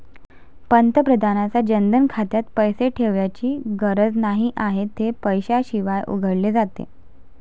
पंतप्रधानांच्या जनधन खात्यात पैसे ठेवण्याची गरज नाही आणि ते पैशाशिवाय उघडले जाते